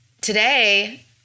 today